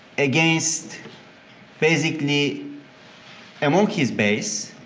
against basically among his base,